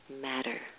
matter